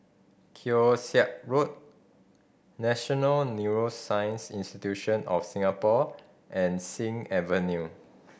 Keong Saik Road National Neuroscience Institute of Singapore and Sing Avenue